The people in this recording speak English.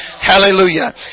Hallelujah